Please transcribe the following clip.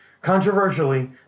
controversially